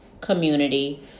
community